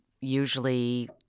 usually